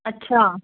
अच्छा